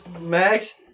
max